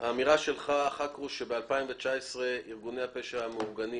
האמירה שלך חכרוש שב-2019 ארגוני הפשע המאורגנים